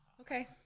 okay